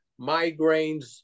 migraines